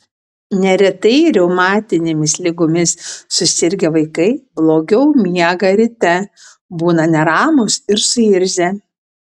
neretai reumatinėmis ligomis susirgę vaikai blogiau miega ryte būna neramūs ir suirzę